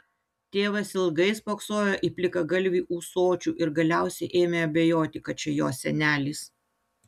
tėvas ilgai spoksojo į plikagalvį ūsočių ir galiausiai ėmė abejoti kad čia jo senelis